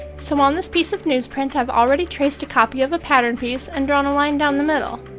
so on this piece of newsprint, i've already traced a copy of a pattern piece and drawn a line down the middle.